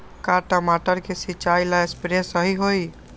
का टमाटर के सिचाई ला सप्रे सही होई?